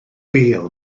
bêl